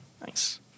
Nice